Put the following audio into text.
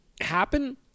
happen